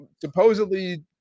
supposedly